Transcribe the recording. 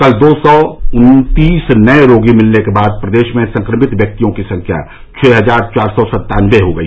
कल दो सौ उन्तीस नए रोगी मिलने के बाद प्रदेश में संक्रमित व्यक्तियों की संख्या छः हजार चार सौ सत्तानबे हो गई